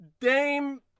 Dame